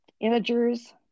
integers